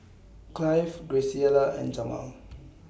Clive Graciela and Jamaal